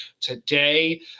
today